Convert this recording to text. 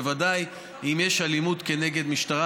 בוודאי אם יש אלימות כנגד המשטרה,